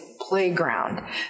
playground